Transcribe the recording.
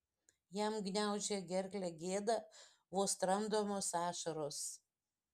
jam gniaužė gerklę gėda vos tramdomos ašaros